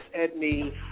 Edney